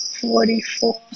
forty-four